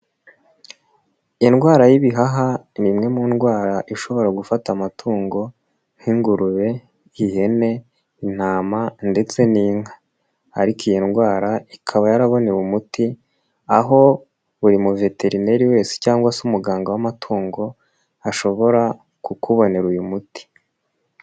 Indwara y'ibihaha ni imwe mu ndwara ishobora gufata amatungo nk'ingurube, ihene, intama, ndetse n'inka ariko iyi ndwara ikaba yarabonewe umuti, aho buri muveterineri wese cyangwa se umuganga w'amatungo ashobora kukubonera uyu muti.